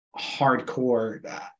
hardcore